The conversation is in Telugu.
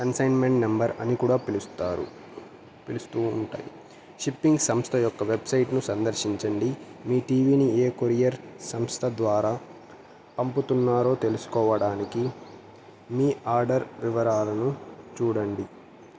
కన్సైన్మెంట్ నెంబర్ అని కూడా పిలుస్తారు పిలుస్తూ ఉంటాయి షిప్పింగ్ సంస్థ యొక్క వెబ్సైట్ను సందర్శించండి మీ టీవీని ఏ కొరియర్ సంస్థ ద్వారా పంపుతున్నారో తెలుసుకోవడానికి మీ ఆర్డర్ వివరాలను చూడండి